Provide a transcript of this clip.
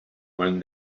one